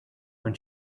when